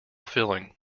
filling